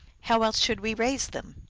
how else should we raise them?